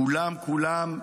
כולם, כולם.